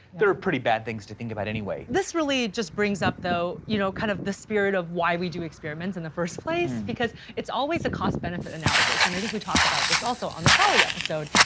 there are pretty bad things to think about, anyway, this really just brings up though, you know kind of the spirit of why we do experiments in the first place, because it's always a cost benefit analysis. and i think we talked about this also on the trolley episode.